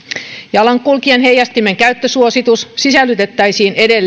olisi lähellä jalankulkijan heijastimenkäyttösuositus sisällytettäisiin